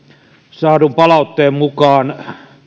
saadun palautteen mukaan